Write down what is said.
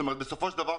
בסופו של דבר,